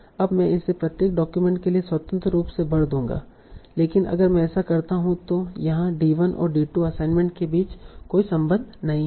अब मैं इसे प्रत्येक डॉक्यूमेंट के लिए स्वतंत्र रूप से भर दूंगा लेकिन अगर मैं ऐसा करता हूं तों यहाँ d1 और d2 असाइनमेंट के बीच कोई संबंध नहीं है